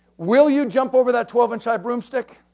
will you jump over that twelve inch high broomstick?